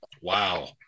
wow